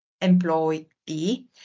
employee